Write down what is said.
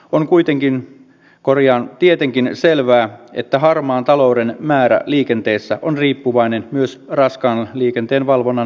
on tietenkin selvää että harmaan talouden määrä liikenteessä on riippuvainen myös raskaan liikenteen valvonnan määrästä